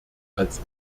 als